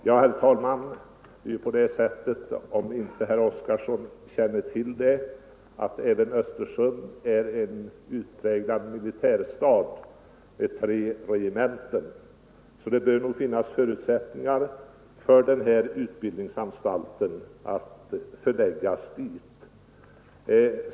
Herr talman! Herr Oskarson kanske inte känner till att även Östersund är en utpräglad militärstad med tre regementen. Det bör nog finnas förutsättningar för den här utbildningsanstaltens förläggning dit.